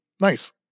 Nice